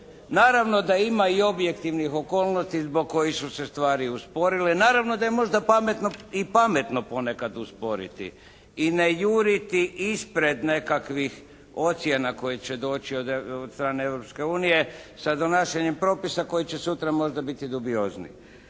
Naravno da ima i objektivnih okolnosti zbog kojih su se stvari usporile. Naravno da je možda pametno i pametno ponekad i usporiti i ne juriti ispred nekakvih ocjena koje će doći od strane Europske unije sa donašanjem propisa koji će sutra možda biti dubiozni.